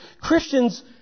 Christians